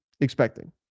expecting